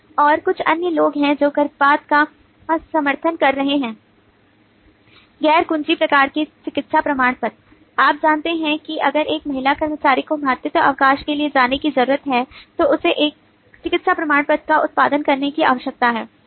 और कुछ अन्य लोग हैं जो गर्भपात का समर्थन कर रहे हैं गैर कुंजी प्रकार के चिकित्सा प्रमाण पत्र आप जानते हैं कि अगर एक महिला कर्मचारी को मातृत्व अवकाश के लिए जाने की जरूरत है तो उसे एक चिकित्सा प्रमाण पत्र का उत्पादन करने की आवश्यकता है